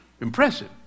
impressive